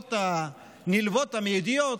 וההוצאות הנלוות המיידיות,